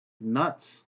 nuts